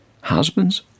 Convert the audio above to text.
Husbands